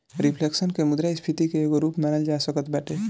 reflection के मुद्रास्फीति के एगो रूप मानल जा सकत बाटे